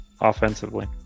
offensively